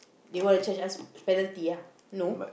they want charge us penalty ah no